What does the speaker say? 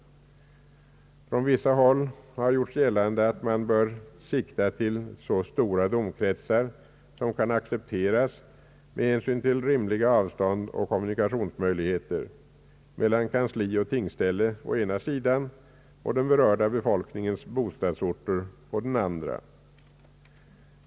Från vissa håll har gjorts gällande att man bör sikta till så stora domkretsar som kan accepteras med hänsyn till rimliga avstånd och kommunikationsmöjligheter mellan kansli och tingsställe å ena sidan och den berörda befolkningens bostadsorter å den andra.